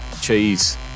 cheese